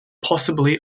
possibly